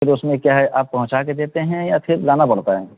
پھر اس میں کیا ہے آپ پہنچا کے دیتے ہیں یا پھر لانا پڑتا ہے